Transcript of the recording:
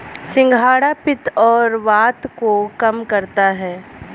सिंघाड़ा पित्त और वात को कम करता है